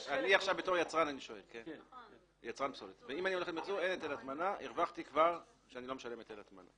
כיצרן פסולת אני מרוויח מזה שאני לא משלם היטל הטמנה.